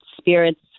spirits